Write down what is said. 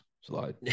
Slide